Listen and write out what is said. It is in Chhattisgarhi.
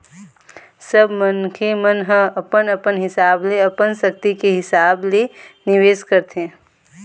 सब मनखे मन ह अपन अपन हिसाब ले अपन सक्ति के हिसाब ले निवेश करथे